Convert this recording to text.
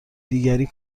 دیگری